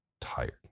tired